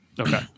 Okay